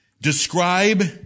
describe